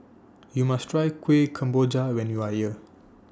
YOU must Try Kuih Kemboja when YOU Are here